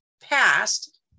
past